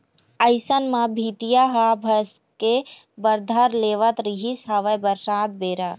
अइसन म भीतिया ह भसके बर धर लेवत रिहिस हवय बरसात बेरा